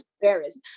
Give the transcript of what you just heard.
embarrassed